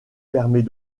permet